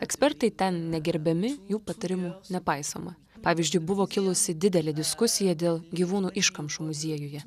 ekspertai ten negerbiami jų patarimų nepaisoma pavyzdžiui buvo kilusi didelė diskusija dėl gyvūnų iškamšų muziejuje